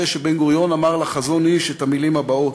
שבן-גוריון אמר לחזון-אי"ש את המילים הבאות: